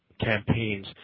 campaigns